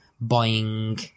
buying